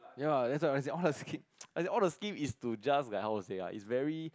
ya that's why I always say all the scheme all the scheme is to just like how to say ah is very